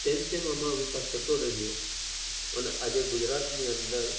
તેમ તેમ આમાં વિકાસ થતો રહ્યો અને આજે ગુજરાતની અંદર